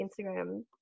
Instagram